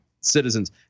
citizens